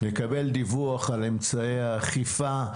נקבל דיווח על אמצעי האכיפה.